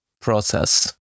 process